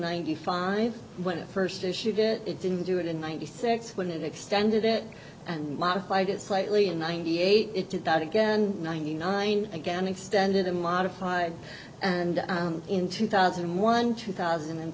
ninety five when it first issued it it didn't do it in ninety six when it extended it and modified it slightly in ninety eight it did that again ninety nine again extended a modified and in two thousand and one two thousand and